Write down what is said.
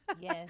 yes